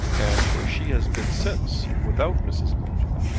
and where she has been since without mrs. morton.